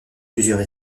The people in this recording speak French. plusieurs